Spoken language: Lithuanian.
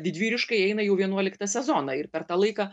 didvyriškai eina jau vienuoliktą sezoną ir per tą laiką